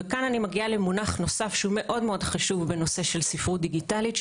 כאן אני מגיעה למונח נוסף שהוא מאוד חשוב בנושא של ספרות דיגיטלית,